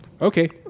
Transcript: Okay